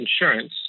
insurance